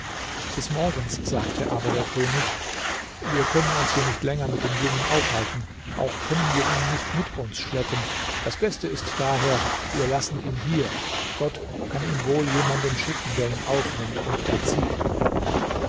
des morgens sagte aber der könig wir können uns hier nicht länger mit dem jungen aufhalten auch können wir ihn nicht mit uns schleppen das beste ist daher wir lassen ihn hier gott kann ihm wohl jemanden schicken der ihn aufnimmt und erzieht